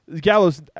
Gallo's –